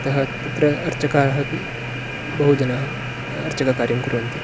अतः तत्र अर्चकाः अपि बहुजनाः अर्चककार्यं कुर्वन्ति